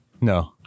No